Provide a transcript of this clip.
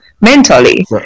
mentally